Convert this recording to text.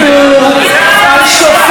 על מפקד בצה"ל,